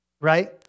right